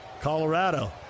Colorado